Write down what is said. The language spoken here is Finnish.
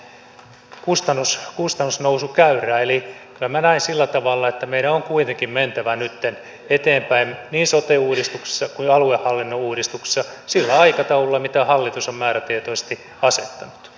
eli kyllä minä näen sillä tavalla että meidän on kuitenkin mentävä nytten eteenpäin niin sote uudistuksessa kuin aluehallinnon uudistuksessa sillä aikataululla minkä hallitus on määrätietoisesti asettanut